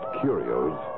curios